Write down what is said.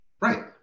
Right